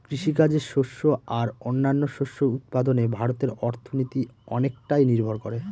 কৃষিকাজে শস্য আর ও অন্যান্য শস্য উৎপাদনে ভারতের অর্থনীতি অনেকটাই নির্ভর করে